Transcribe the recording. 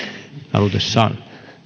halutessaan